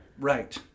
Right